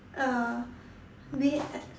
uh we